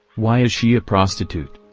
why is she a prostitute?